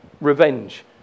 revenge